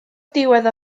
diwedd